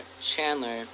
chandler